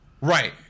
Right